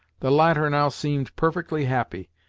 the latter now seemed perfectly happy,